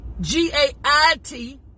G-A-I-T